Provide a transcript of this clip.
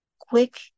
quick